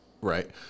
Right